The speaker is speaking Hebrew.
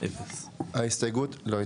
0 ההסתייגות לא התקבלה.